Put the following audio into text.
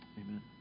amen